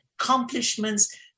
accomplishments